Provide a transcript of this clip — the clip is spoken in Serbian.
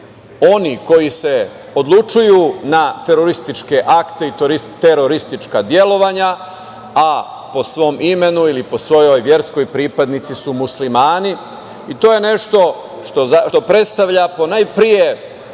oni koji se odlučuju na terorističke akte i teroristička delovanja, a po svom imenu ili po svojoj verskoj su pripadnici Muslimani. To je nešto što predstavlja najpre